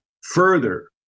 further